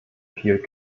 viel